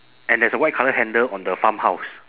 and there's a white colour handle on the farmhouse